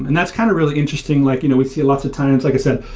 and that's kind of really interesting. like you know we see lots of times, like i said,